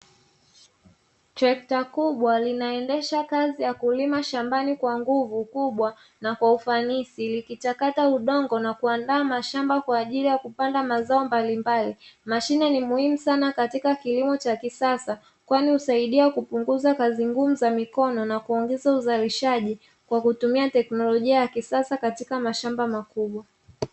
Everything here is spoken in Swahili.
Trekta kubwa linaendesha kazi ya kulima shambani kwa nguvu kubwa na kwa ufanisi, likichakata udongo na kuandaa mashamba kwa ajili ya kupanda mazao mbalimbali, mashine ni muhimu sana katika kilimo cha kisasa kwani husaidia kupunguza kazi ngumu za mikono, na kuongeza uzalishaji kwa kutumia teknolojia ya kisasa katika mashamba makubwa.